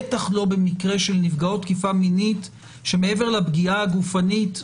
בטח לא במקרה של תקיפה מינית שמעבר לפגיעה הגופנית,